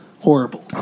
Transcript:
Horrible